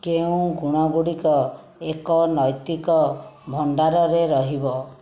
କେଉଁ ଗୁଣଗୁଡ଼ିକ ଏକ ନୈତିକ ଭଣ୍ଡାରରେ ରହିବ